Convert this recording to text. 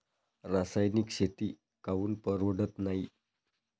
रासायनिक शेती काऊन परवडत नाई?